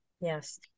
yes